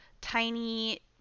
tiny